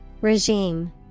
Regime